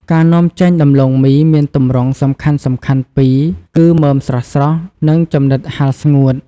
ការនាំចេញដំឡូងមីមានទម្រង់សំខាន់ៗពីរគឺ មើមស្រស់ៗ និងចំណិតហាលស្ងួត។